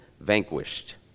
vanquished